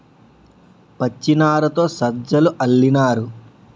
పచ్చినారతో సజ్జలు అల్లినారు